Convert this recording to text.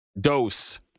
Dose